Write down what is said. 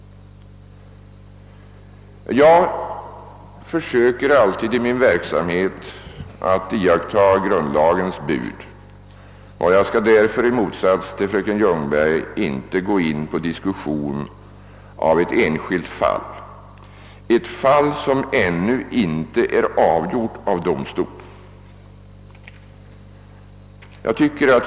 Jag försöker alltid i min verksamhet att iaktta grundlagens bud, och jag skall därför i motsats till fröken Ljungberg inte gå in på diskussion av ett enskilt fall, som ännu inte är avgjort av domstol.